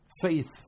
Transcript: faith